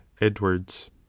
edwards